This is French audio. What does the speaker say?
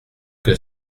que